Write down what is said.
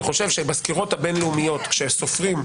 חושב שבסקירות הבין-לאומיות כשסופרים,